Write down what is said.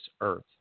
earth